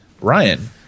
Ryan